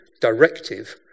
directive